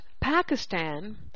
Pakistan